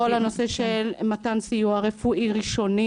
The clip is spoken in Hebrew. כל הנושא של מתן סיוע רפואי ראשוני,